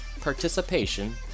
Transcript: participation